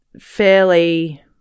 fairly –